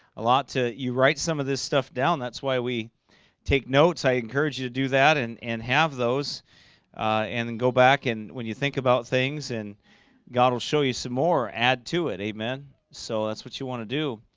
a lot too you write some of this stuff down that's why we take notes. i encourage you to do that and and have those and then go back and when you think about things and god will show you some more add to it. amen so that's what you want to do.